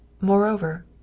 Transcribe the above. Moreover